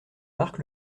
marc